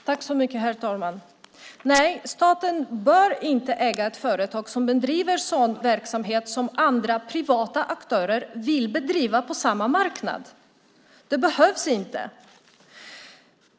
Herr talman! Nej, staten bör inte äga ett företag som bedriver sådan verksamhet som privata aktörer vill bedriva på samma marknad. Det behövs inte.